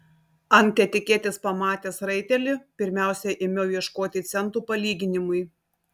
ant etiketės pamatęs raitelį pirmiausia ėmiau ieškoti centų palyginimui